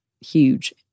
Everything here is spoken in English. huge